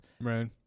Right